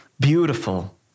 Beautiful